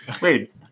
Wait